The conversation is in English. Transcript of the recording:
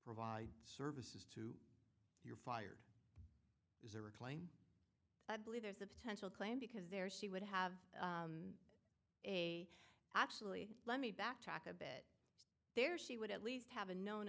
provide services to you're fired is there a claim i believe there's a potential claim because there she would have a actually let me backtrack a bit there she would at least have a known